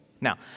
Now